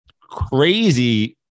crazy